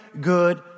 good